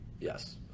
Yes